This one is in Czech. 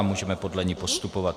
Můžeme podle ní postupovat.